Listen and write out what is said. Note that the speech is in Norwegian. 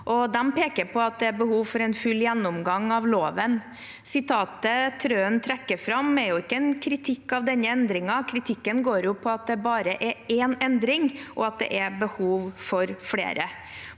de peker på at det er behov for en full gjennomgang av loven. Sitatet som Trøen trekker fram, er jo ikke en kritikk av denne endringen; kritikken går på at det bare er én endring, og at det er behov for flere.